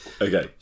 Okay